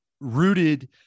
Rooted